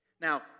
Now